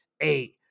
eight